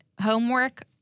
homework—